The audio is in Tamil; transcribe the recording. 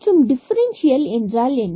மற்றும் டிஃபரண்சியல் என்றால் என்ன